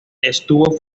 estuvo